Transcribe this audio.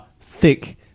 thick